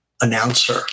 announcer